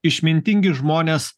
išmintingi žmonės